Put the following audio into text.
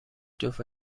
جفت